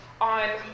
on